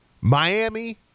Miami